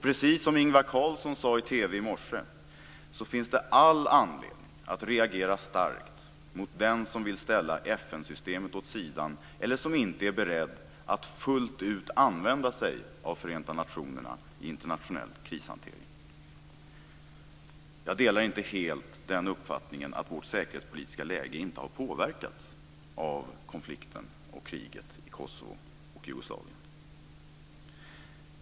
Precis som Ingvar Carlsson sade i TV i morse finns det all anledning att reagera starkt mot den som vill ställa FN-systemet åt sidan eller som inte är beredd att fullt ut använda sig av Förenta nationerna i internationell krishantering. Jag delar inte helt den uppfattningen att vårt säkerhetspolitiska läge inte har påverkats av konflikten och kriget i Kosovo och Jugoslavien.